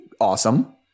awesome